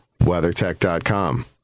WeatherTech.com